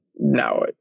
now